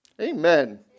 Amen